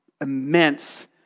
immense